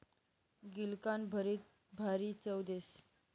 गिलकानं भरीत भारी चव देस